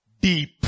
deep